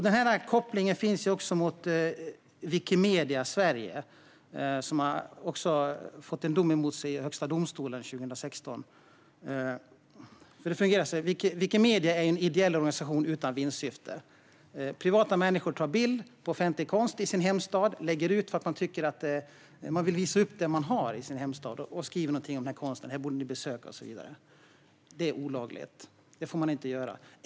Denna koppling finns även till Wikimedia Sverige, som fick en dom emot sig i Högsta domstolen 2016. Wikimedia är en ideell organisation utan vinstsyfte. Privatpersoner tar bilder av offentlig konst i sin hemstad och lägger ut dem för att man vill visa upp det man har i sin hemstad. Man skriver något om konsten, uppmanar andra att göra ett besök och så vidare. Det är alltså olagligt; så får man inte göra.